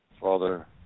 Father